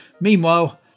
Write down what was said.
Meanwhile